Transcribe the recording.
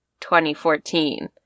2014